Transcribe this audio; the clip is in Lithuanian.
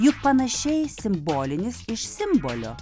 juk panašiai simbolinis iš simbolio